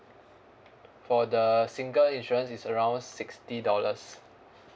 for the single insurance it's around sixty dollars